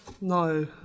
No